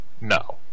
No